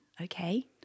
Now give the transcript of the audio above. Okay